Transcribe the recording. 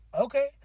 okay